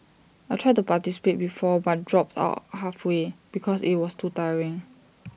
I tried to participate before but dropped out halfway because IT was too tiring